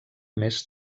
més